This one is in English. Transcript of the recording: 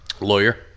Lawyer